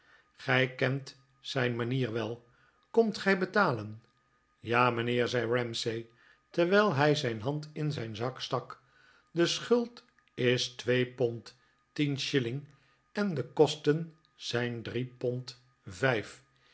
gij kent zijn manier wel komt gij betalen ja mijnheer zei ramsay terwijl hij zijn hand in zijn zak stakj de schuld is twee pond tien shilling en de kcsten zijn drie pond vijf